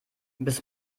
bis